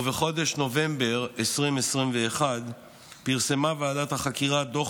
ובחודש נובמבר 2021 פרסמה ועדת החקירה דוח